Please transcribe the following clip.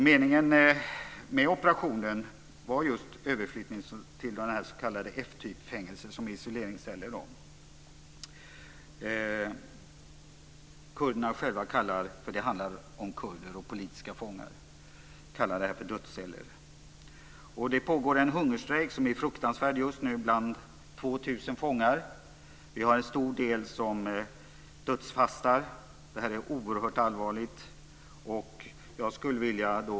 Meningen med operationen var just att flytta över fångarna till s.k. F typfängelser, som är isoleringsceller. Kurderna själva - det handlar om kurder och politiska fångar - kallar det här för dödsceller. Det pågår just nu en fruktansvärd hungerstrejk bland 2 000 fångar. Det är en stor del som dödsfastar. Det är oerhört allvarligt.